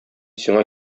сиңа